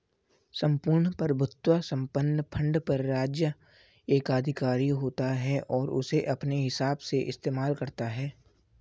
सम्पूर्ण प्रभुत्व संपन्न फंड पर राज्य एकाधिकार होता है और उसे अपने हिसाब से इस्तेमाल करता है